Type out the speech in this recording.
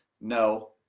No